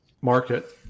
market